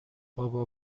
بابا